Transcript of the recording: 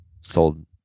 Sold